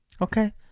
Okay